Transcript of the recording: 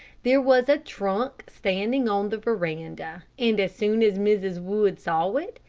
there was a trunk standing on the veranda, and as soon as mrs. wood saw it,